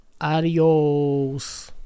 Adios